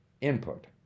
input